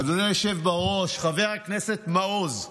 אדוני היושב-ראש, חבר הכנסת מעוז,